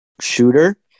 shooter